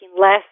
less